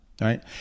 Right